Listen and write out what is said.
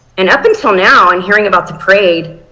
and up until now and hearing about the parade,